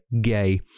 gay